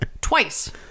Twice